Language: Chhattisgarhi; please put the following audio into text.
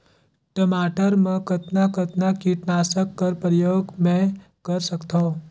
टमाटर म कतना कतना कीटनाशक कर प्रयोग मै कर सकथव?